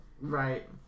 Right